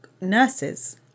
nurses